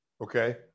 Okay